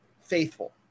faithful